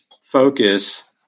focus